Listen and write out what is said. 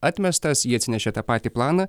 atmestas ji atsinešė tą patį planą